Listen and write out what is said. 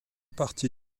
partie